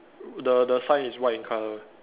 the the sign is white in color